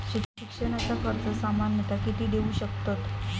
शिक्षणाचा कर्ज सामन्यता किती देऊ शकतत?